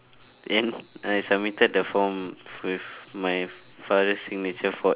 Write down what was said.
then I submitted the form with my father's signature forged